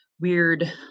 weird